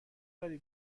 داری